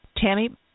Tammy